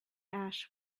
ash